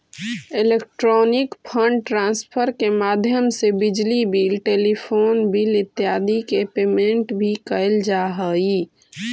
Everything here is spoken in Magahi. इलेक्ट्रॉनिक फंड ट्रांसफर के माध्यम से बिजली बिल टेलीफोन बिल इत्यादि के पेमेंट भी कैल जा हइ